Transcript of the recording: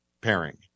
pairing